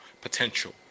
potential